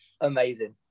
Amazing